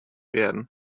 werden